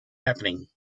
happening